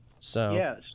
Yes